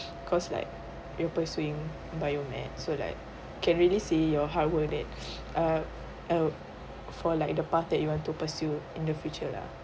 cause like you're pursuing bio-med so like can really see your hard work that uh uh for like the path that you want to pursue in the future lah